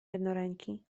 jednoręki